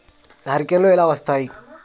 హరికేన్లు ఎలా వస్తాయి?